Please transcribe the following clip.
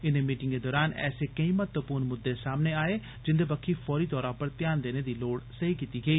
इनें मीटिंगें दरान ऐसे केई महत्वपूर्ण मुद्दे सामने आए जिन्दे बक्खी फौरी तौरा पर घ्यान देने दी लोड़ सेई कीती गेई